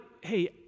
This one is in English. hey